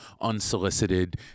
unsolicited